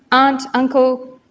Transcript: aunt, uncle,